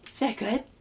that good?